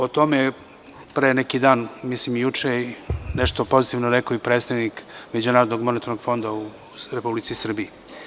O tome je pre neki dan, mislim i juče i nešto pozitivno rekao i predstavnik Međunarodnog monetarnog fonda u Republici Srbiji.